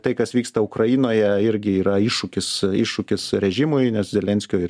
tai kas vyksta ukrainoje irgi yra iššūkis iššūkis režimui nes zelenskio ir